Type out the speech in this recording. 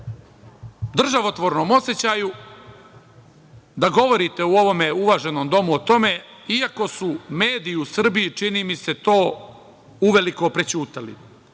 državotvornom osećaju, da govorite u ovome uvaženom domu o tome iako su mediji u Srbiji, čini mi se, to uveliko prećutali.